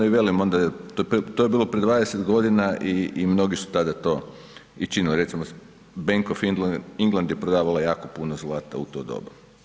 I velim, onda to je bilo prije 20 godina i mnogi su tada to i činili recimo Bank Of England je prodavala jako puno zlata u to doba.